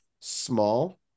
small